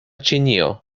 ĉinio